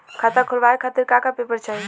खाता खोलवाव खातिर का का पेपर चाही?